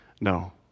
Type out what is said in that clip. No